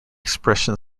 expression